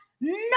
no